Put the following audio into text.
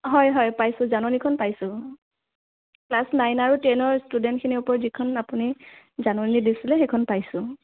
হয় হয় পাইছোঁ জাননীখন পাইছোঁ ক্লাছ নাইন আৰু টেনৰ ষ্টুডেণ্টখিনিৰ ওপৰত যিখন আপুনি জাননী দিছিলে সেইখন পাইছোঁ